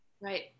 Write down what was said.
Right